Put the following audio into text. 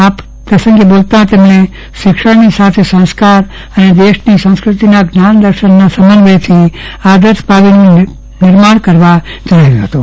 આ પ્રસંગે બોલતા તેમને જણાવ્યું હતું કે શિક્ષણની સાથે સંસ્કાર અને દેશની સંસ્કૃતિ ના જ્ઞાન દર્શનના સમન્વયથી આદર્શ ભાવીપેઢીનું નિર્માણ કરવા જણાવ્યું હતું